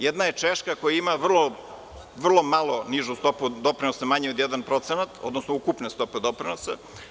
Jedna je Češka koja ima vrlo malo nižu stopu doprinosa manje od 1%, odnosno ukupne stope doprinosa.